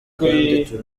kandi